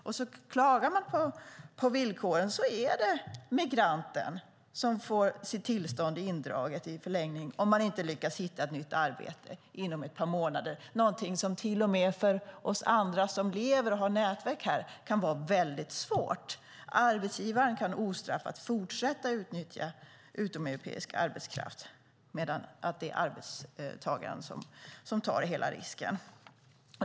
Om man klagar på villkoren är det migranten som får sitt tillstånd indraget om man inte lyckas hitta ett nytt arbete inom ett par månader, något som kan vara väldigt svårt till och med för oss som lever och har nätverk här. Arbetsgivaren kan ostraffat fortsätta att utnyttja utomeuropeisk arbetskraft medan arbetstagaren tar hela risken.